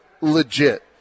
legit